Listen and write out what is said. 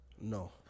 No